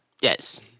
Yes